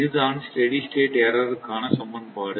இதுதான் steady state எர்ரருக்கான சமன்பாடு